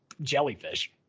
jellyfish